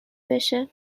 بشه